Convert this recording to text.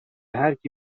هرکی